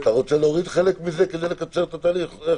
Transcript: אתה רוצה להוריד חלק מזה כדי לקצר את התהליך?